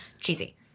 cheesy